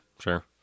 sure